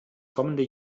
kommende